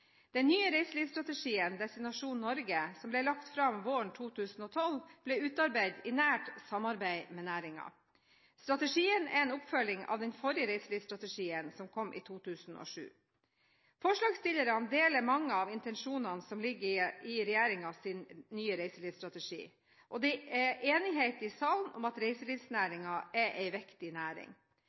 Den nye reiselivsstrategien, Destinasjon Norge, som ble lagt fram våren 2012, ble utarbeidet i nært samarbeid med næringen. Strategien er en oppfølging av den forrige reiselivsstrategien som kom i 2007. Forslagstillerne deler mange av intensjonene som ligger i regjeringens nye reiselivsstrategi, og det er enighet i salen om at reiselivsnæringen er en viktig næring.